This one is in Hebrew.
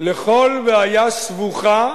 לכל בעיה סבוכה